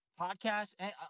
podcast